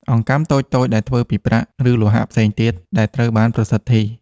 អង្កាំតូចៗដែលធ្វើពីប្រាក់ ឬលោហៈផ្សេងទៀតដែលត្រូវបានប្រសិទ្ធី។